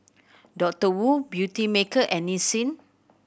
Doctor Wu Beautymaker and Nissin